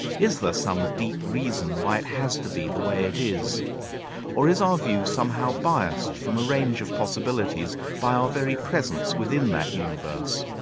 is there some deep reason why it has to be the way it is or is our view somehow biased from a range of possibilities by our very presence within that universe?